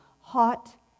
hot